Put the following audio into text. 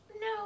No